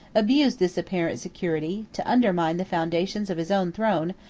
abused this apparent security, to undermine the foundations of his own throne,